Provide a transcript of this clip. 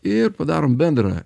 ir padarom bendrą